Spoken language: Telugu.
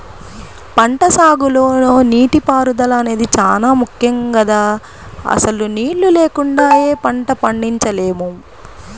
పంటసాగులో నీటిపారుదల అనేది చానా ముక్కెం గదా, అసలు నీళ్ళు లేకుండా యే పంటా పండించలేము